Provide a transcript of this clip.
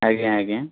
ଆଜ୍ଞା ଆଜ୍ଞା ଆଜ୍ଞା